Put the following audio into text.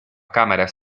cámaras